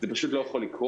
זה פשוט לא יכול לקרות.